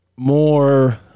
more